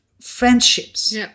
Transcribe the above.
friendships